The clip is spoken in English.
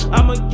I'ma